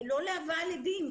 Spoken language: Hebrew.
לא להבאה לדין.